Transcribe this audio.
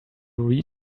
read